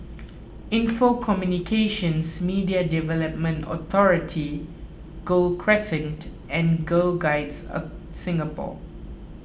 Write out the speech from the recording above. Info Communications Media Development Authority Gul Crescent and Girl Guides a Singapore